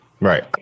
Right